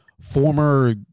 former